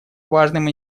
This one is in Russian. важным